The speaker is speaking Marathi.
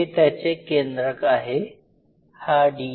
हे त्याचे केंद्रक आहे हा डी